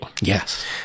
Yes